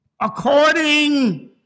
according